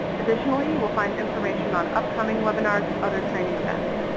additionally, you will find information on upcoming webinars and other training events.